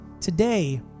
Today